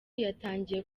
yatangiye